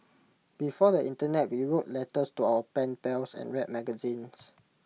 before the Internet we wrote letters to our pen pals and read magazines